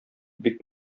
бик